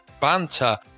banter